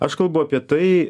aš kalbu apie tai